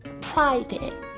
private